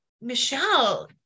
Michelle